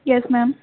yes ma'am